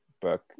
book